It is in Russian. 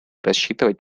рассчитывать